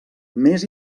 més